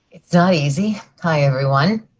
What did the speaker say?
it is not easy, hi, everyone.